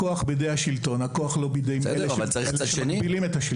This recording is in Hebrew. הכוח בידי השלטון ולא בידי אלה שמגבילים את השלטון.